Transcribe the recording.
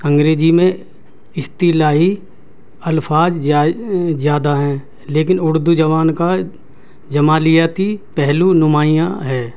انگریزی میں اسطلاحی الفاظ زیادہ ہیں لیکن اردو زبان کا جمالیاتی پہلو نمایاں ہے